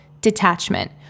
detachment